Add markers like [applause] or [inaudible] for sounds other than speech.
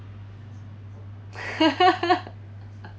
[laughs]